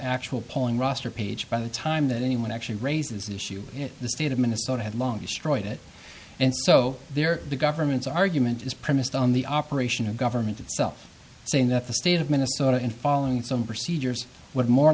actual polling roster page by the time that anyone actually raises the issue in the state of minnesota had long destroyed it and so there the government's argument is premised on the operation of government itself saying that the state of minnesota in following some procedures would more